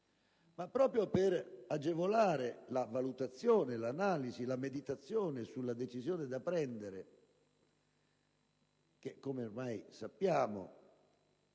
Ma proprio per agevolare la valutazione, l'analisi, la meditazione, sulla decisione da prendere (che come ormai sappiamo